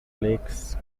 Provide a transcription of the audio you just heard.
lakes